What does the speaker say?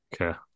Okay